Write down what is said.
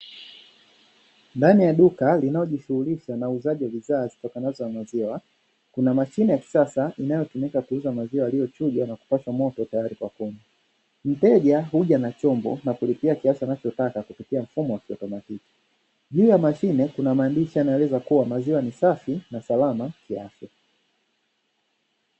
Biashara ya duka linalojishughulisha na uuzaji wa vifaa vya kunasa mashine, ya kunasa inayo tumika kuuza maziwa yaliyochujwa na kupashwa moto tayari kwa kunywa. Mfumo huu huja na chembe na kulipia kiasi anacho taka kupitia mfumo wa ki automatiki, mbele ya mashine kuna maandishi yanayoonyesha kuwa maziwa ni safi na salama ya afya.